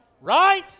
Right